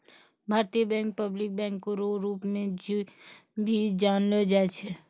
भारतीय bank public बैंको रो रूप मे भी जानलो जाय छै